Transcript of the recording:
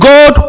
God